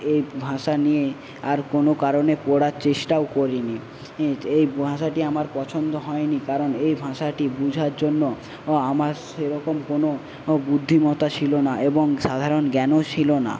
এই ভাষা নিয়ে আর কোনো কারণে পড়ার চেষ্টাও করি নি এই ভাষাটি আমার পছন্দ হয় নি কারণ এই ভাষাটি বোঝার জন্য আমার সেরকম কোনো ও বুদ্ধিমতা ছিল না এবং সাধারণ জ্ঞানও ছিল না